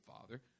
Father